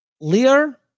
Lear